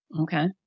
Okay